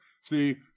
See